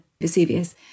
Vesuvius